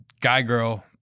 guy-girl